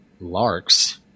Lark's